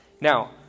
Now